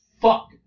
fuck